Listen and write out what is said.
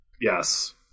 Yes